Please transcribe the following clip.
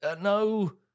no